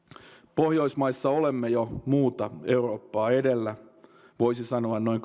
pohjoismaissa olemme jo muuta eurooppaa edellä voisi sanoa noin